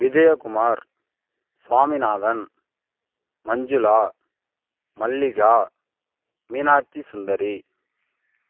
Vijayakumar Saminathan Manjula Mallika Meenakshi Sundari